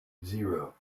zero